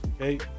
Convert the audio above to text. Okay